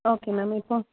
okay ma'am இப்போ